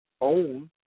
own